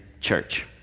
church